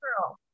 girl